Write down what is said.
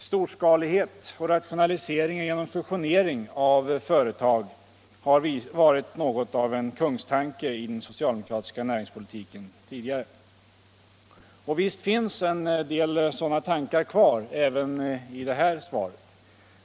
Storskalighet och rationalisering genom fusionering av företag har tidigare varit något av en kungstanke i den socialdemokratiska näringspolitiken. Visst finns en del sådana tankar kvar även i detta svar.